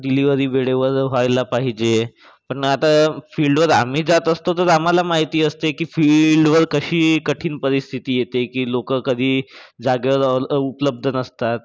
delivery वेळेवर व्ह्यायला पाहिजे पण आता फिल्डवर आम्ही जात असतो तर आम्हाला माहिती असते की फिल्डवर कशी कठीण परिस्थिती येते की लोकं कधी जागेवर अव्ह उपलब्ध नसतात